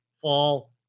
fall